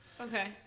Okay